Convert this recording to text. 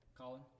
Colin